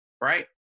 right